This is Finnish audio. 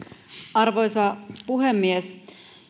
arvoisa puhemies